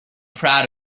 proud